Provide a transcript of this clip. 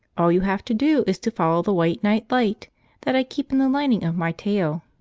all you have to do is to follow the white night-light that i keep in the lining of my tail,